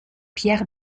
pierre